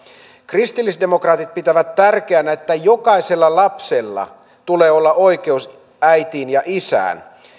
kristillisdemokraatit pitävät tärkeänä että jokaisella lapsella tulee olla oikeus äitiin ja isään